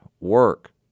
Work